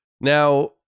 Now